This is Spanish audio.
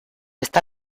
está